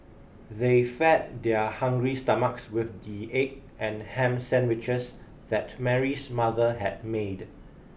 they fed their hungry stomachs with the egg and ham sandwiches that Mary's mother had made